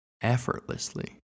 effortlessly